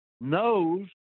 knows